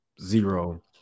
zero